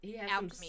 alchemy